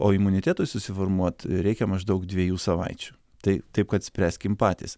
o imunitetui susiformuot reikia maždaug dviejų savaičių tai taip kad spręskim patys